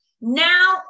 now